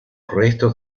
restos